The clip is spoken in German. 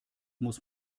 muss